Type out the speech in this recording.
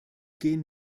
gehen